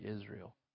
Israel